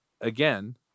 again